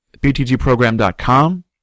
btgprogram.com